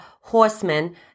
horsemen